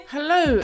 Hello